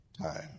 time